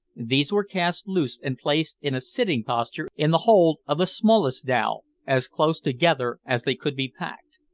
these were cast loose and placed in a sitting posture in the hold of the smallest dhow, as close together as they could be packed.